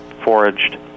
foraged